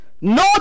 No